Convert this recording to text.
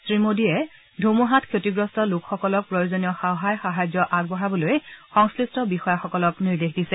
শ্ৰীমোডীয়ে ধুমুহাত ক্ষতিগ্ৰস্ত লোকসকলক প্ৰয়োজনীয় সহায় সাহায্য আগবঢ়াবলৈ সংশ্লিষ্ট বিষয়াসকলক নিৰ্দেশ দিছে